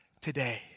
today